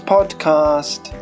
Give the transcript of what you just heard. Podcast